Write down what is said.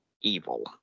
evil